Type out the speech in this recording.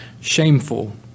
shameful